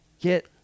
get